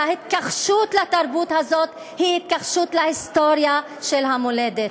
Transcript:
וההתכחשות לתרבות הזאת היא התכחשות להיסטוריה של המולדת.